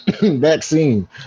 vaccine